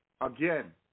again